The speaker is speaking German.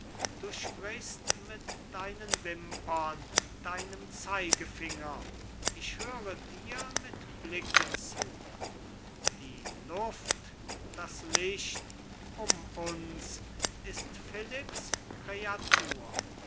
du sprichst mit deinen wimpern deinem zeigefinger ich höre dir mit blicken zu die luft das licht um uns ist philipps kreatur